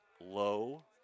low